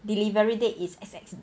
delivery date is